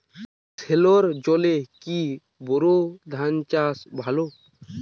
সেলোর জলে কি বোর ধানের চাষ ভালো?